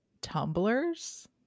tumblers